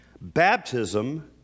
Baptism